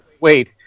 Wait